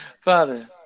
Father